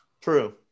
True